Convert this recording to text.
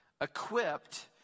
equipped